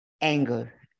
anger